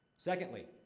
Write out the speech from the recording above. secondly,